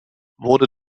wurde